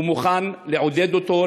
הוא מוכן לעודד אותו,